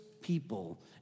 people